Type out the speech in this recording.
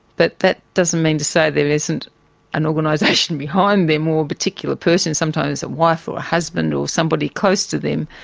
but that doesn't mean to say that there isn't an organisation behind them or a particular person, sometimes a wife or a husband or somebody close to them,